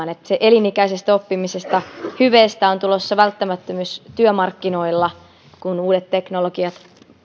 elämän elinikäisestä oppimisesta hyveestä on tulossa välttämättömyys työmarkkinoilla kun uudet teknologiat